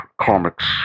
comics